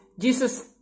Jesus